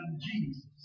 Jesus